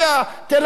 תל-אביב,